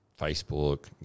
Facebook